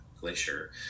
glacier